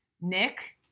Nick